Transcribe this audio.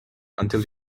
until